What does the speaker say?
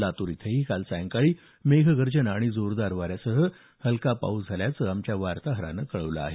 लातूर इथंही काल सायंकाळी मेघगर्जना आणि जोरदार वाऱ्यासह हलका पाऊस झाल्याचं आमच्या वार्ताहरानं कळवलं आहे